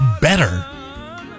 better